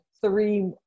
three